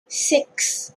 six